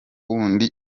wundi